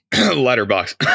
letterbox